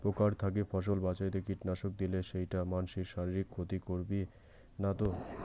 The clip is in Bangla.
পোকার থাকি ফসল বাঁচাইতে কীটনাশক দিলে সেইটা মানসির শারীরিক ক্ষতি করিবে না তো?